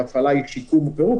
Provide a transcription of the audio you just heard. שהפעלה היא שיקום או פירוק,